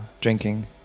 Drinking